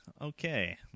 Okay